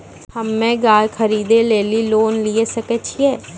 हम्मे गाय खरीदे लेली लोन लिये सकय छियै?